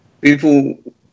People